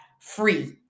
free